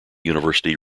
university